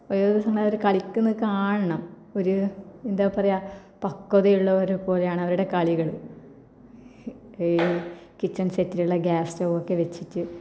ഏതു സമയവും അവർ കളിക്കുന്നത് കാണണം ഒരു എന്താപറയുക പക്വതയുള്ളവരെ പോലെയാണവരുടെ കളികൾ കിച്ചണ് സെറ്റിലുള്ള ഗ്യാസ്സ്ടവ്വൊക്കെ വെച്ചിട്ട്